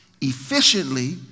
efficiently